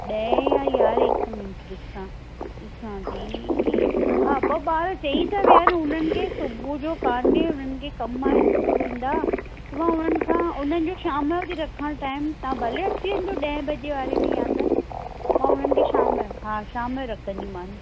ॾहे या यारहे हिकु मिंट ॾिसां ॾिसां थी हा ॿ ॿार चई त विया आहिनि उन्हनि खे सुबुह जो कोन्हे उन्हनि खे कम आहे इस्कूल वेंदा त मां उन्हनि खां उन्हनि जो शाम जो थी रखा टाइम तव्हां भले अची वञो ॾह वजे वारे में या त मां उन्हनि खे शाम जो हा शाम जो रखंदीमान